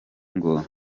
ngo